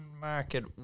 market